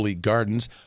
Gardens